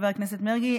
חבר הכנסת מרגי,